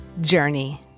journey